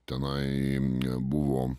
tenai nebuvo